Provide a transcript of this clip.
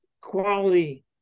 quality